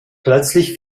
plötzlich